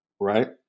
Right